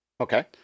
Okay